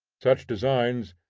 such designs,